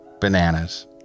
bananas